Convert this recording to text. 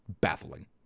baffling